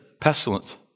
Pestilence